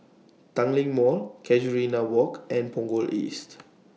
Tanglin Mall Casuarina Walk and Punggol East